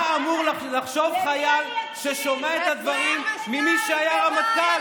מה אמור לחשוב חייל ששומע את הדברים ממי שהיה רמטכ"ל?